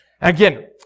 Again